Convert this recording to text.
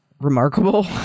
remarkable